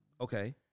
Okay